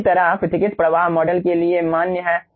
इसी तरह पृथकृत प्रवाह मॉडल के लिए मान्य है